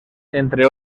entre